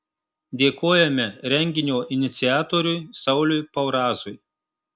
dėkojame renginio iniciatoriui sauliui paurazui